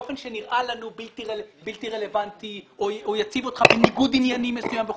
באופן שנראה לנו בלתי רלוונטי או יציג אותו בניגוד עניינים מסוים וכולי,